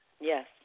Yes